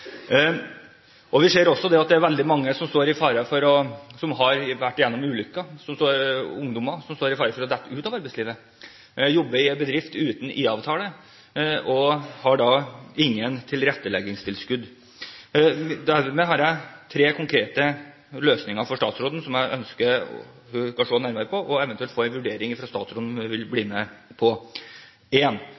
Vi ser også at det er veldig mange ungdommer som har vært igjennom ulykker, som står i fare for å falle ut av arbeidslivet, som jobber i en bedrift uten IA-avtale, og som ikke får tilretteleggingstilskudd. Dermed har jeg tre konkrete løsninger som jeg ønsker at statsråden skal se nærmere på, eventuelt få en vurdering fra statsråden om hun vil bli med på: